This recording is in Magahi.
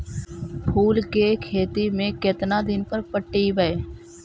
फूल के खेती में केतना दिन पर पटइबै?